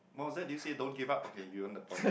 Mozat did you say don't give up okay you earn the point